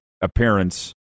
appearance